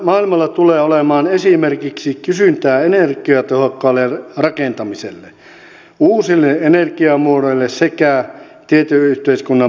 maailmalla tulee olemaan esimerkiksi kysyntää energiatehokkaalle rakentamiselle uusille energiamuodoille sekä tietoyhteiskunnan palveluille